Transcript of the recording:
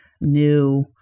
new